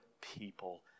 people